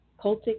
cultic